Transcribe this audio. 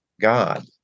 God